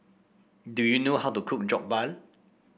do you know how to cook Jokbal